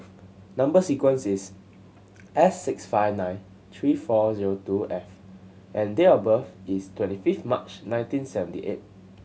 number sequence is S six five nine three four zero two F and date of birth is twenty fifth March nineteen seventy eight